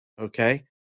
okay